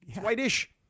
White-ish